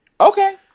Okay